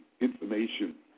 information